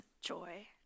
joy